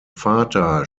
vater